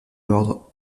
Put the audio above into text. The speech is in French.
l’ordre